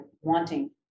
wanting